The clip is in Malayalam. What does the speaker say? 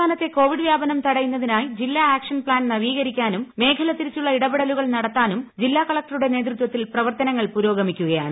തലസ്ഥാനത്തെ കോവിഡ് വ്യാപനം തടയുന്നതിനായി ജില്ലാ ആക്ഷൻ പ്ലാൻ നവീകരിക്കാനും മേഖല തിരിച്ചുള്ള ഇടപെടലുകൾ നടത്താനും ജില്ലാ കളക്ടറുടെ നേതൃത്വത്തിൽ പ്രവർത്തനങ്ങൾ പുരോഗമിക്കുകയാണ്